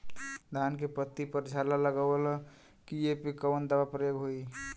धान के पत्ती पर झाला लगववलन कियेपे कवन दवा प्रयोग होई?